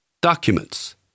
Documents